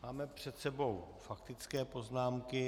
Máme před sebou faktické poznámky.